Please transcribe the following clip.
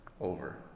Over